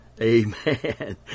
Amen